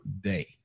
day